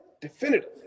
definitive